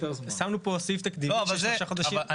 שמו פה סעיף תקדימי של שלושה חודשים.